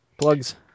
plugs